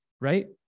right